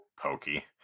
Pokey